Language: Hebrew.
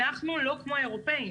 אנחנו לא כמו האירופיים